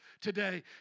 today